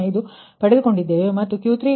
005 ಮತ್ತು Q3 0